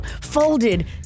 folded